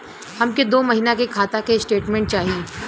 हमके दो महीना के खाता के स्टेटमेंट चाही?